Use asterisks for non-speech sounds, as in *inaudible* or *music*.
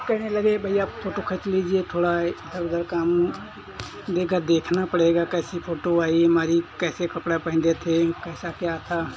कहने लगे भइया फ़ोटो खींच लीजिए थोड़ा इधर उधर काम *unintelligible* देखना पड़ेगा कैसी फ़ोटो आई हमारी कैसे कपड़ा पहने थे कैसे क्या था